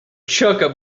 chukka